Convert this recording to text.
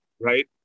right